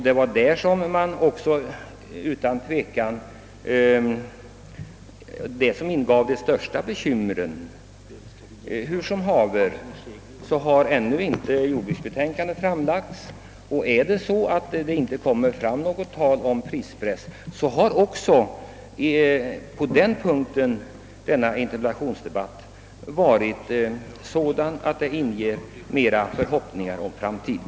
Där var det utan tvivel resonemanget om prispress som ingav ett stort bekymmer i jordbrukarleden. I alla händelser har jordbruksutredningens betänkande ännu inte framlagts i sin helhet. Först därefter blir det väl klart om majoritetsutredningens krav på en s.k. prispress.